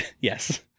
Yes